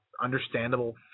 understandable